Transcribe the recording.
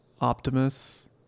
Optimus